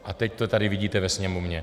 A teď to tady vidíte ve Sněmovně.